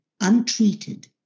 untreated